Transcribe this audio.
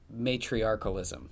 matriarchalism